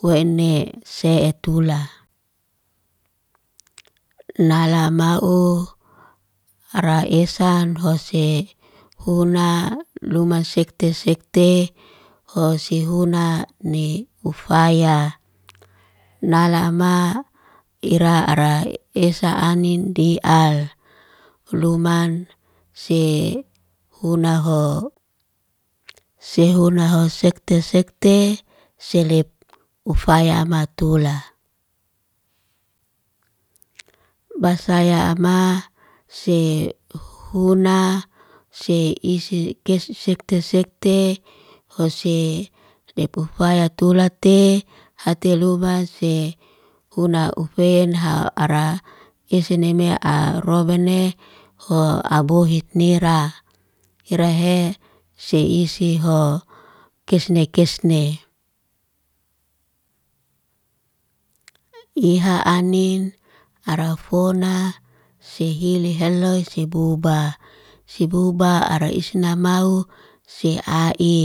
hue ne se etula. lalamau ara esan hose huna luma sekte sekte hosi huna ni ufaya, nalama ira ara esa anin di'al. Luman se huna ho, sehuna ho sekte sekte, seleb ufaya matula. basayama se huna se isi kesekte sekte, hose lepufaya tulate hate luma se, huna ufe nha ara isi neme arobene ho abohe nira. Nira he se isi ho, kesne kesne, iha anin arafona sihile heloy, si buba. Si buba ara isnamau se'ai.